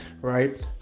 right